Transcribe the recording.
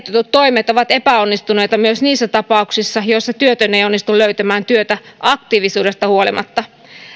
toimet ovat epäonnistuneita myös niissä tapauksissa joissa työtön ei onnistu löytämään työtä aktiivisuudesta huolimatta